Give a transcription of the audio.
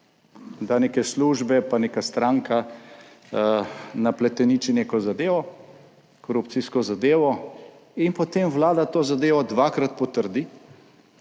da neke službe, pa neka stranka napleteniči neko zadevo, korupcijsko zadevo, in potem Vlada to zadevo dvakrat potrdi,